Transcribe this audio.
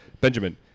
Benjamin